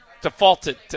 defaulted